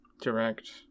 direct